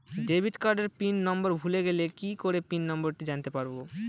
Debit কার্ডের PIN number ভুলে গেলে কি করে পিন নম্বরটি জানতে পারবো?